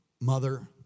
mother